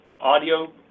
audio